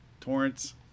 Torrance